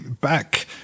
Back